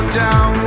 down